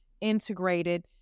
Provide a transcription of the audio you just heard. integrated